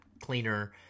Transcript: cleaner